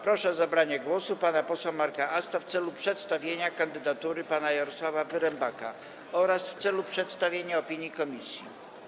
Proszę o zabranie głosu pana posła Marka Asta w celu przedstawienia kandydatury pana Jarosława Wyrembaka oraz w celu przedstawienia opinii komisji.